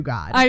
God